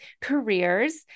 careers